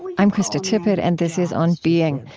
i'm krista tippett and this is on being.